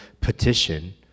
petition